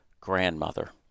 Grandmother